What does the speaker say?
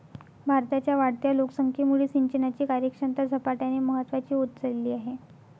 भारताच्या वाढत्या लोकसंख्येमुळे सिंचनाची कार्यक्षमता झपाट्याने महत्वाची होत चालली आहे